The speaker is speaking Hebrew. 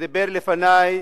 שדיבר לפני,